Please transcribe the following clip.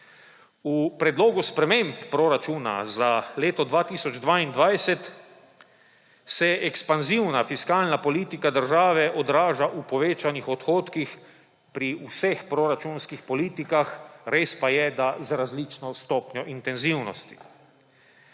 V Predlogu sprememb proračuna za leto 2022 se ekspanzivna fiskalna politika države odraža v povečanih odhodkih pri vseh proračunskih politikah, res pa je, da z različno stopnjo intenzivnosti.